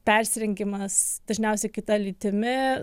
persirengimas dažniausiai kita lytimi